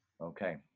Okay